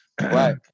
Right